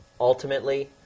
ultimately